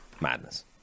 Madness